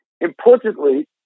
importantly